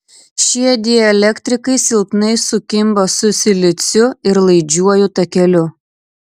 šie dielektrikai silpnai sukimba su siliciu ir laidžiuoju takeliu